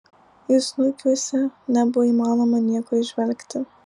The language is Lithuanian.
jų snukiuose nebuvo įmanoma nieko įžvelgti